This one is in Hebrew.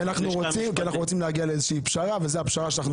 כי אנחנו רוצים להגיע לאיזושהי פשרה וזו הפשרה.